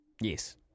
Yes